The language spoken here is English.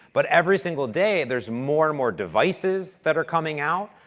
but every single day, there's more and more devices that are coming out,